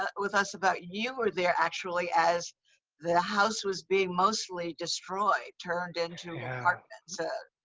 ah with us about you were there actually, as the house was being mostly destroyed, turned into apartments. ah